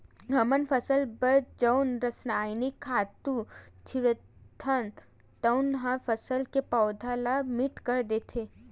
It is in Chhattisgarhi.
हमन फसल बर जउन रसायनिक खातू छितथन तउन ह फसल के पउधा ल मीठ कर देथे